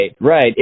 right